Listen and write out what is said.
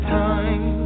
time